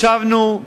ישבנו,